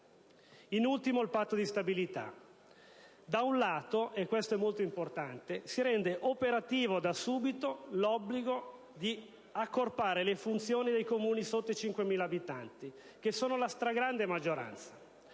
In ultimo, il patto di stabilità. Da un lato - e questo è molto importante - si rende operativo da subito l'obbligo di accorpare le funzioni dei Comuni al di sotto dei 5.000 abitanti, che sono la stragrande maggioranza.